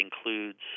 includes